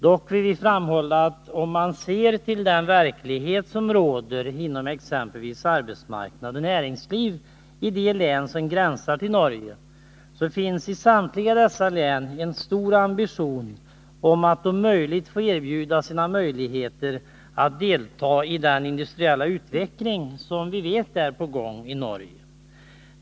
Dock vill vi framhålla att om man ser till den verklighet som råder exempelvis på arbetsmarknad och inom näringsliv i de län som gränsar till Norge, finner man i samtliga dessa län en stor ambition att om möjligt få delta i den industriella utveckling som vi vet är på gång i Norge.